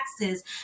taxes